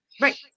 Right